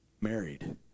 married